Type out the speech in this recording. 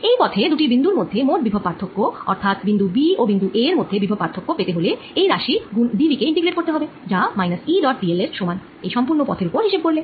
এই পথে দুটি বিন্দুর মধ্যে মোট বিভব পার্থক্য অর্থাৎ বিন্দু b ও বিন্দু a এর মধ্যে বিভব পার্থক্য পেতে হলে এই রাশি গুন dv কে ইন্টিগ্রেট করতে হবে যা -E ডট dL এর সমান এই সম্পূর্ণ পথের ওপর হিসেব করলে